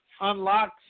unlocks